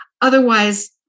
otherwise